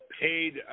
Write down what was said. paid